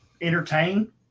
entertain